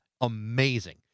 amazing